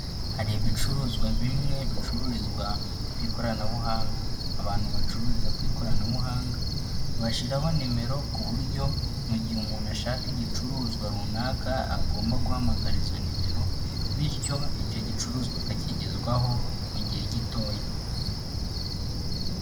Hari ibicuruzwa bimwe bicururizwa ku ikoranabuhanga. Abantu bacururiza ku ikoranabuhanga, bashyiraho nimero ku buryo mu gihe umuntu ashaka igicuruzwa runaka, agomba guhamaga izo nimero bityo icyo gicuruzwa akakigezwaho mu gihe gitoya.